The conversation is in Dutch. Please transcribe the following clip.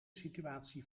situatie